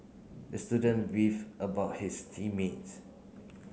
the student beef about his team mates